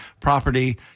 property